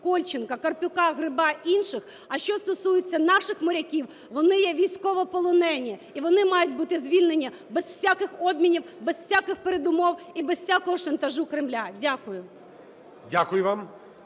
Кольченка, Карп'юка, Гриба, інших. А що стосується наших моряків, вони є військовополонені, і вони мають бути звільнені без всяких обмінів, без всяких передумов і без всякого шантажу Кремля. Дякую. ГОЛОВУЮЧИЙ.